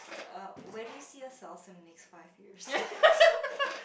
uh where do you see yourself in the next five years